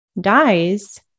dies